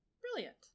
Brilliant